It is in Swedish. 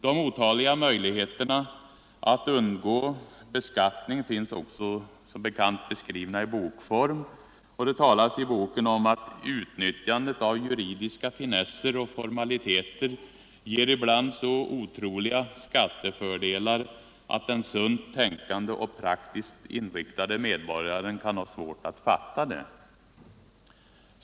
De otaliga möjligheterna att undgå beskattning finns också beskrivna i bokform, och det talas i boken om att utnyttjandet av juridiska finesser och formaliteter ibland ger så otroliga skattefördelar att den sunt tänkande och praktiskt inriktade medborgaren kan ha svårt att fatta det.